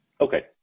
Okay